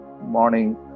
morning